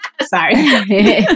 sorry